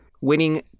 winning